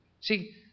See